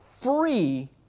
free